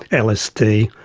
lsd,